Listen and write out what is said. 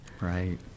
Right